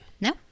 No